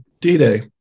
D-Day